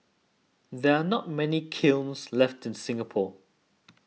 there are not many kilns left in Singapore